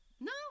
No